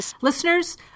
listeners